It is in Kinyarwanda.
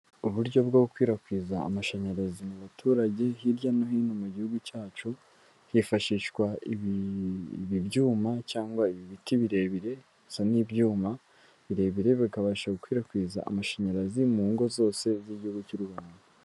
Uburyo bwo gukwirakwiza amashanyarazi mu baturage, hirya no hino mu gihugu cyacu hifashishwa ibi byuma cyangwa ibi biti birebire, biri gusa n'ibyuma birebire, bakabasha gukwirakwiza amashanyarazi mu ngo zose z'igihugu cy'u Rwanda.